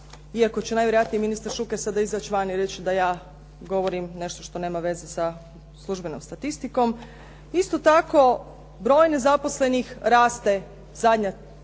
iako će najvjerojatnije ministar Šuker sada izaći van i reći da ja govorim nešto što nema veze sa službenom statistikom. Isto tako, broj nezaposlenih raste zadnja